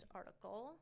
article